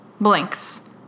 Blinks